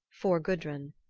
for gudrun.